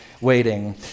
Waiting